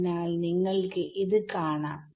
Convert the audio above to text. അതിനാൽ നിങ്ങൾക്ക് കാണാം